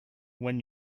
when